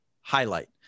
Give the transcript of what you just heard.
highlight